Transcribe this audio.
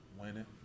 winning